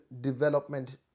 development